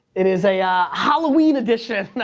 it is a halloween edition,